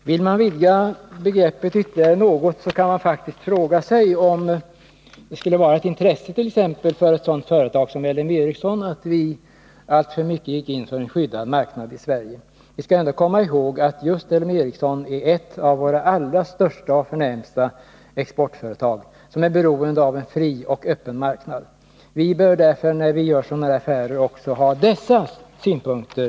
Vill man vidga begreppet ytterligare något kan man faktiskt fråga sig om det skulle vara av intresse för ett företag som LM Ericsson att vi gick in för en skyddad marknad i Sverige. LM Ericsson är dock ett av våra allra största och förnämsta exportföretag, som är beroende av en fri och öppen marknad. Vi bör därför, när vi gör sådana här affärer, också beakta dessa synpunkter.